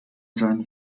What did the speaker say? seinen